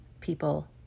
people